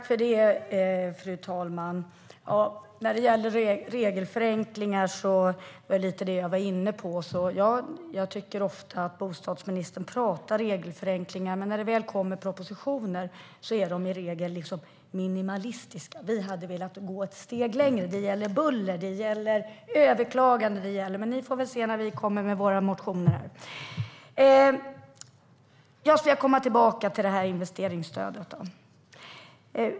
Fru talman! När det gäller regelförenklingar tycker jag, precis som jag var inne på, att bostadsministern ofta pratar om sådana förenklingar men att de, när det väl kommer propositioner, i regel är minimalistiska. Vi hade velat gå ett steg längre när det gäller bland annat buller och överklaganden. Ni får se när vi kommer med våra motioner, Mehmet Kaplan. Jag ska komma tillbaka till investeringsstödet.